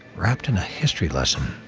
wrapped in a history lesson.